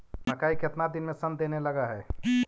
मकइ केतना दिन में शन देने लग है?